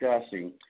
discussing